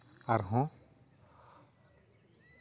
ᱟᱨᱦᱚᱸ